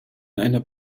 einer